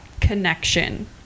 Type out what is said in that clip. connection